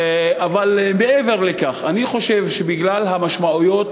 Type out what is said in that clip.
אבל מעבר לכך, בגלל המשמעויות